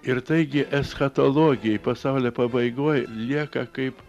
ir taigi eschatologija pasaulio pabaigoje lieka kaip